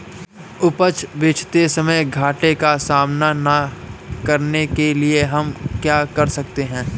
उपज बेचते समय घाटे का सामना न करने के लिए हम क्या कर सकते हैं?